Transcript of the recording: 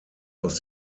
aus